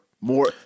More